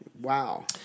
Wow